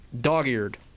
Dog-eared